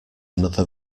another